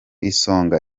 isonga